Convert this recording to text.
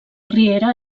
riera